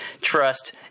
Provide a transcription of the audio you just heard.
trust